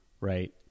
right